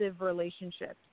relationships